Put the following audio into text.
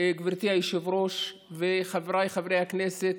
גברתי היושבת-ראש וחבריי חברי הכנסת,